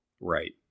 Right